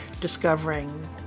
discovering